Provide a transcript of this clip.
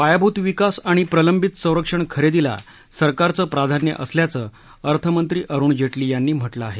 पायाभुत विकास आणि प्रलंबित संरक्षण खरेदीला सरकारचं प्राधान्य असल्याचं अर्थमंत्री अरुण जेटली यांनी म्हटलं आहे